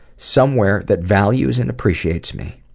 somewhere that values and appreciates me,